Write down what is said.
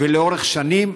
ולאורך שנים.